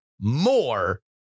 more